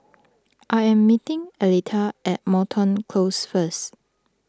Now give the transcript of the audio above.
I am meeting Aletha at Moreton Close first